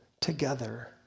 together